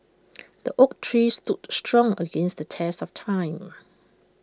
the oak tree stood strong against the test of time